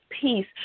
peace